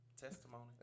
Testimony